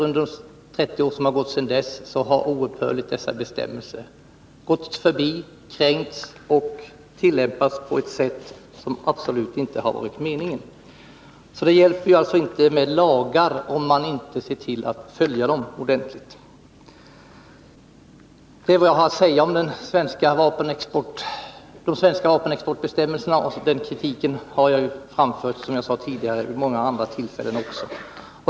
Under de 30 år som har gått sedan dess har dessa bestämmelser oupphörligt förbigåtts, kränkts och tillämpats på ett sätt som absolut inte har varit meningen. Det hjälper alltså inte med lagar, om man inte ser till att följa dem ordentligt. Det är vad jag har att säga om de svenska vapenexportbestämmelserna. Den kritiken har jag också, som jag sade, framfört tidigare vid många andra tillfällen.